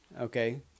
okay